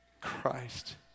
Christ